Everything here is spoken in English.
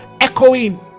Echoing